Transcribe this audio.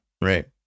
right